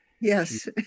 yes